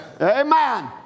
Amen